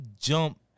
jump